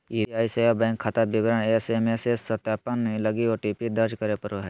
UPI सेवा bank खाता विवरण एस.एम.एस सत्यापन लगी ओ.टी.पी दर्ज करे पड़ो हइ